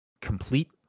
Complete